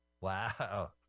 Wow